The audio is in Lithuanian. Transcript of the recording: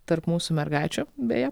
tarp mūsų mergaičių beje